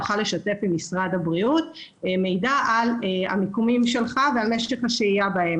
תוכל לשתף עם משרד הבריאות מידע על המיקומים שלך ועל משך השהייה בהם.